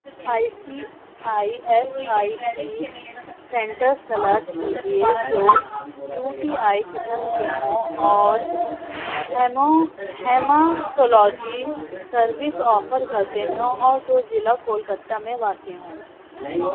I C I S I C centres تلاش کیجیے جو یو ٹی آئی قسم کے ہوں اور ہیمو ہیماٹولوجی سروس آفر کرتے ہوں اور جو ضلع کولکتہ میں واقع ہوں